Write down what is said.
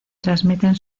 transmiten